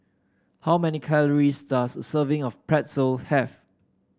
how many calories does a serving of Pretzel have